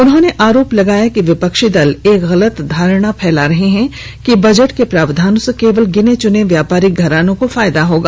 उन्होंने आरोप लगाया कि विपक्षी दल एक गलत धारणा फैला रहे हैं कि बजट के प्रावधानों से केवल गिने चुने व्यापारिक घरानों को फायदा होगा